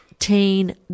teen